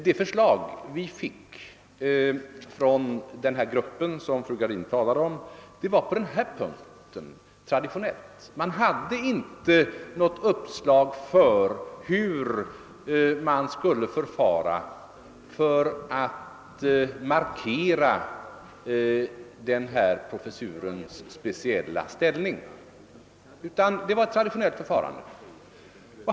Det förslag vi fick från den grupp fru Gradin talade om var på den här punkten traditionellt; man hade inte något uppslag beträffande hur det skulle förfaras för att markera just den här professurens speciella ställning.